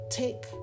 take